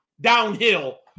downhill